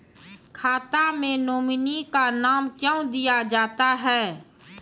खाता मे नोमिनी का नाम क्यो दिया जाता हैं?